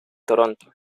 toronto